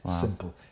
simple